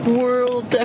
world